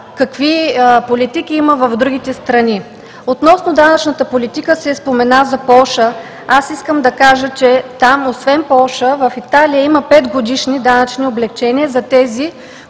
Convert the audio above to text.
какви политики има в другите страни. Относно данъчната политика се спомена за Полша. Искам да кажа, че там, освен Полша, в Италия има 5-годишни данъчни облекчения за тези